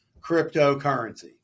cryptocurrency